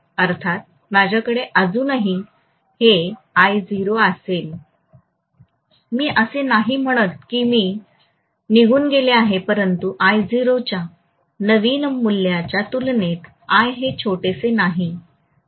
अर्थात माझ्यकडे अजूनही हे I0 असेल मी असे नाही म्हणत आहे की निघून गेले आहे परंतु I0 च्या नवीन मूल्याच्या तुलनेत I हे छोटेसे नाही